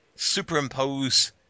superimpose